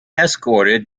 escorted